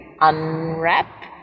Unwrap